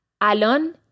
Alon